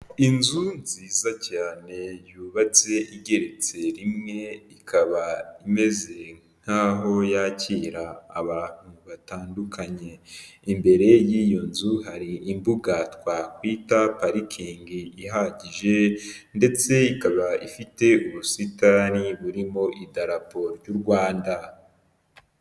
Inzu nziza cyane yubatse igeretse rimwe, ikaba imeze nkaho yakira abantu batandukanye, imbere y'iyo nzu hari imbuga twakwita parikingi ihagije ndetse ikaba ifite ubusitani burimo idarapo ry'u Rwanda.